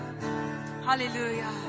Hallelujah